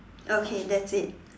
okay that's it